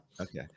okay